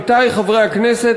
עמיתי חברי הכנסת,